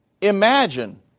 imagine